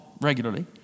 regularly